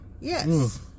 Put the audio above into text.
Yes